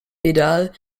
pedal